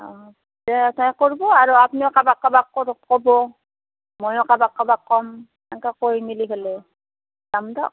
অ আৰু আপুনিও কাৰোবাক কাৰোবাক ক'ব ময়ো কাৰোবাক কাৰোবাক ক'ম এনেকৈ কৈ মেলি যাম দিয়ক